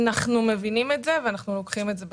אנחנו מבינים את זה ואנחנו לוקחים את זה בחשבון.